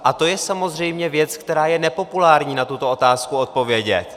A to je samozřejmě věc, kdy je nepopulární na tuto otázku odpovědět.